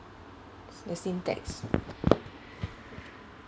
s~ the syntax